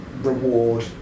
reward